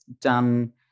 done